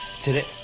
Today